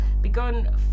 begun